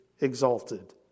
exalted